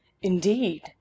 indeed